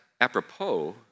apropos